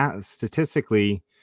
statistically